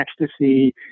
Ecstasy